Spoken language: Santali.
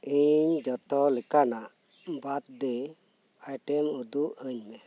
ᱤᱧ ᱡᱚᱛᱚ ᱞᱮᱠᱟᱱᱟᱜ ᱵᱟᱨᱛᱷᱰᱮ ᱟᱭᱴᱮᱢᱥ ᱩᱫᱩᱜ ᱟᱹᱧᱢᱮ